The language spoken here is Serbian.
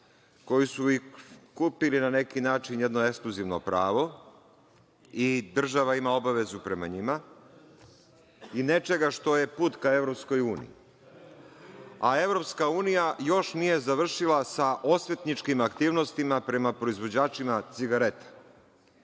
koji su i kupili na neki način jedno ekskluzivno pravo i država ima obavezu prema njima, i nečega što je put ka EU, a EU još nije završila sa osvetničkim aktivnostima prema proizvođačima cigareta,